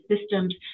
systems